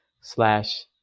slash